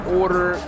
order